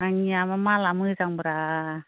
आंनियाबो मालआ मोजांब्रा